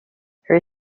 her